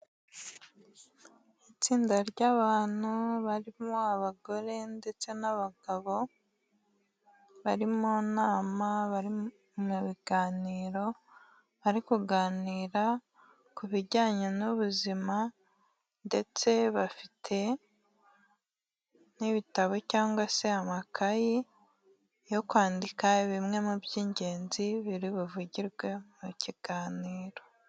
Itsinda ry'abantu barimo abagore ndetse n'abagabo, bari mu nama bari mu biganiro, bari kuganira ku bijyanye n'ubuzima ndetse bafite n'ibitabo cyangwa se amakayi yo kwandika bimwe mu by'ingenzi biri buvugirwe mu kiganiro.